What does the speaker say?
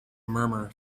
murmur